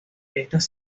estas